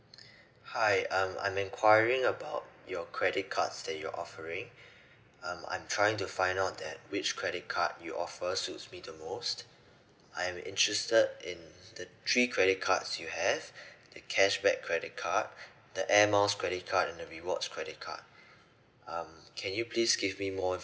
hi um I'm enquiring about your credit cards that you're offering um I'm trying to find out that which credit card you offer suits me the most I'm interested in the three credit cards you have the cashback credit card the air miles credit card and the rewards credit card um can you please give me more